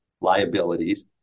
liabilities